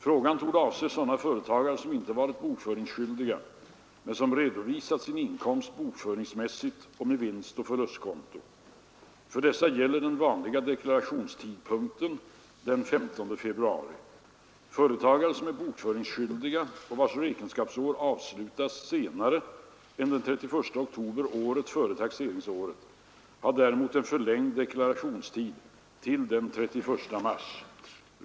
Frågan torde avse sådana företagare som inte varit bokföringsskyldiga men som redovisat sin inkomst bokföringsmässigt och med vinstoch förlustkonto. För dessa gäller den vanliga deklarationstidpunkten, den 15 februari. Företagare, som är bokföringsskyldiga och vilkas räkenskapsår avslutas senare än den 31 oktober året före taxeringsåret, har däremot en förlängd deklarationstid till den 31 mars.